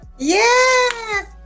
Yes